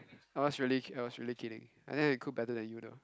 I was really I was really kidding but then I cook better than you though